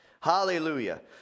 Hallelujah